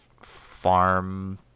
Farm